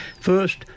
First